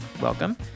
Welcome